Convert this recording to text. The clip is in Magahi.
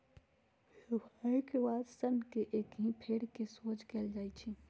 सफाई के बाद सन्न के ककहि से फेर कऽ सोझ कएल जाइ छइ